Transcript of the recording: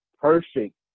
Perfect